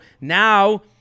now